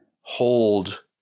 hold